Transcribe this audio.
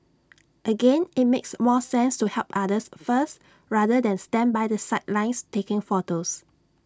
again IT makes more sense to help others first rather than stand by the sidelines taking photos